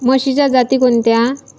म्हशीच्या जाती कोणत्या?